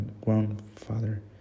grandfather